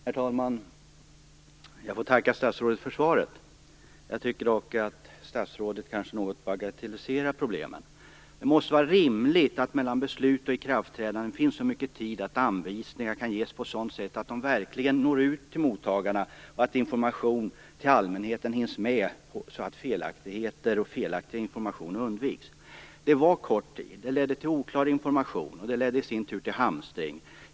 Herr talman! Jag tackar statsrådet för svaret. Jag tycker dock att statsrådet kanske bagatelliserar problemen något. Det måste vara rimligt att det finns så mycket tid mellan beslut och ikraftträdande att anvisningar kan ges på ett sådant sätt att de verkligen når ut till mottagarna och att information till allmänheten hinns med så att felaktig information undviks. Det var kort tid. Det ledde till oklar information. Det ledde i sin tur till hamstring.